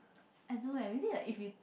I do leh really like if you